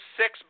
six